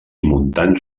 montans